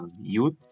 youth